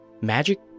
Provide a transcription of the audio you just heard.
magic